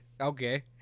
okay